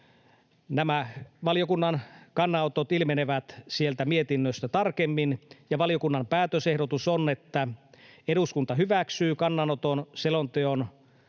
Nämä valiokunnan kannanotot ilmenevät sieltä mietinnöstä tarkemmin. Valiokunnan päätösehdotus on, että eduskunta hyväksyy kannanoton